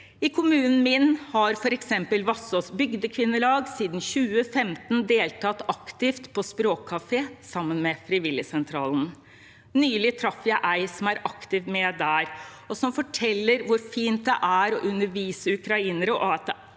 I kommunen min har f.eks. Vassås bygdekvinnelag siden 2015 deltatt aktivt på språkkafé sammen med frivilligsentralen. Nylig traff jeg ei som er aktivt med der, og som fortalte hvor fint det er å undervise ukrainere, og at det